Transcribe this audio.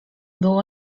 było